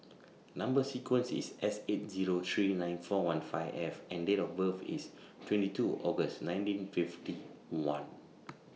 Number sequence IS S eight Zero three nine four one five F and Date of birth IS twenty two August nineteen fifty one